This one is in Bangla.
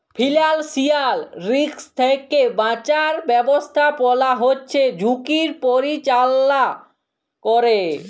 ফিল্যালসিয়াল রিস্ক থ্যাইকে বাঁচার ব্যবস্থাপলা হছে ঝুঁকির পরিচাললা ক্যরে